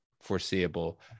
foreseeable